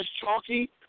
chalky